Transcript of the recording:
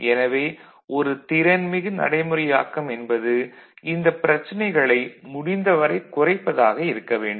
எனவே ஒரு திறன்மிகு நடைமுறையாக்கம் என்பது இந்தப் பிரச்சனைகளை முடிந்தவரை குறைப்பதாக இருக்க வேண்டும்